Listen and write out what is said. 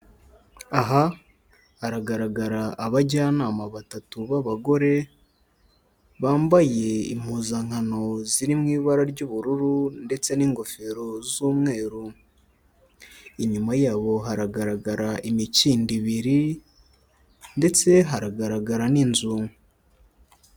Aha haragaragara abajyanama batatu b'abagore, bambaye impuzankano ziri mu ibara ry'ubururu ndetse n'ingofero z'umweru, inyuma yabo haragaragara imikindo ibiri ndetse haragaragara n'inzu.